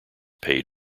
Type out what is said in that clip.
paid